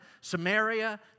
Samaria